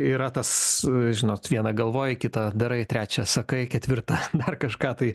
yra tas žinot viena galvoji kita darai trečia sakai ketvirta dar kažką tai